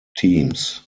teams